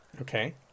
Okay